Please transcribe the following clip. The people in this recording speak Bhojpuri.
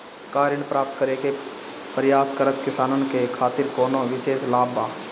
का ऋण प्राप्त करे के प्रयास करत किसानन के खातिर कोनो विशेष लाभ बा